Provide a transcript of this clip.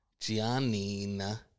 Giannina